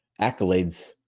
accolades